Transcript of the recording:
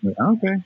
Okay